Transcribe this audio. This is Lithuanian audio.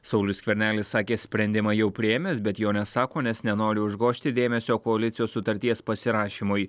saulius skvernelis sakė sprendimą jau priėmęs bet jo nesako nes nenori užgožti dėmesio koalicijos sutarties pasirašymui